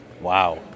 Wow